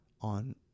on